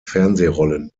fernsehrollen